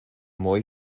mooi